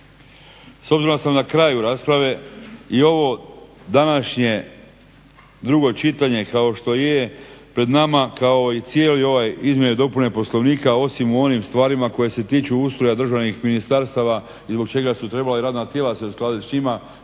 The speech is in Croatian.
S obzirom da sam na kraju rasprave i ovo današnje drugo čitanje kao što je pred nama, kao i cijele ove izmjene i dopune Poslovnika osim u onim stvarima koje se tiču ustroja državnih ministarstava zbog čega su trebala radna tijela se uskladit s njima,